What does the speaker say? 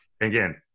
again –